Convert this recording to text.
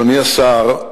אדוני השר,